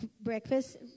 breakfast